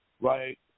right